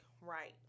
right